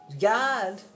God